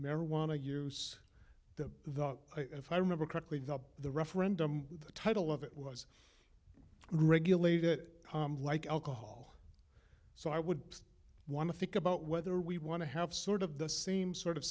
marijuana use the if i remember correctly the referendum the title of it was regulate it like alcohol so i would want to think about whether we want to have sort of the same sort of